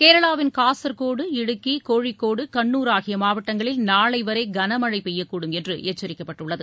கேரளாவின் காசர்கோடு இடுக்கி கோழிக்கோடு கண்ணூர் ஆகிய மாவட்டங்களில் நாளை வரை கனமழை பெய்யக்கூடும் என்று எச்சரிக்கப்பட்டுள்ளது